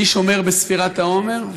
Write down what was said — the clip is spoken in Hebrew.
אני שומר בספירת העומר.